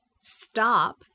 stop